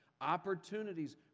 opportunities